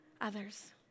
others